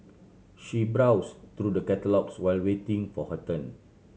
she browse through the catalogues while waiting for her turn